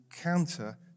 counter